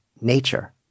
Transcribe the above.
nature